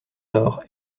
nord